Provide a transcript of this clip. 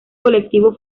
colectivo